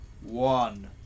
One